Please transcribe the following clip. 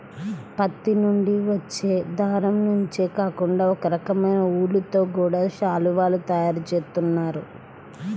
పత్తి నుంచి వచ్చే దారం నుంచే కాకుండా ఒకరకమైన ఊలుతో గూడా శాలువాలు తయారు జేత్తన్నారు